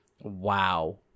Wow